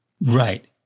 Right